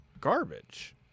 Garbage